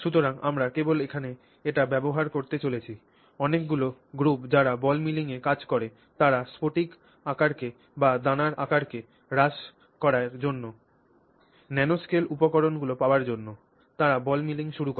সুতরাং আমরা কেবল এখানে এটি ব্যবহার করতে চলেছি অনেকগুলি গ্রুপ যারা বল মিলিং এ কাজ করে তারা স্ফটিক আকারকে বা দানার আকারকে হ্রাস করাএ জন্য নানোস্কেল উপকরণগুলি পাওয়ার জন্য তারা বল মিলিং শুরু করে